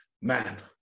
man